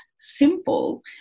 simple